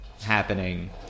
happening